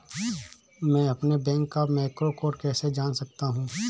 मैं अपने बैंक का मैक्रो कोड कैसे जान सकता हूँ?